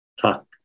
talk